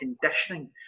conditioning